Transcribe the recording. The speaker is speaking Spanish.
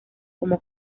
como